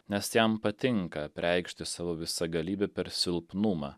nes jam patinka apreikšti savo visagalybę per silpnumą